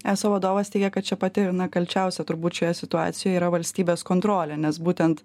eso vadovas teigia kad čia pati kalčiausia turbūt šioje situacijoje yra valstybės kontrolė nes būtent